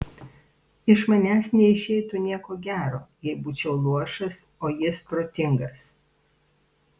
iš manęs neišeitų nieko gero jei būčiau luošas o jis protingas